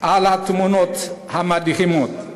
על התמונות המדהימות.